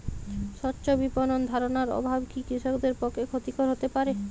স্বচ্ছ বিপণন ধারণার অভাব কি কৃষকদের পক্ষে ক্ষতিকর হতে পারে?